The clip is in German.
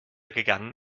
gegangen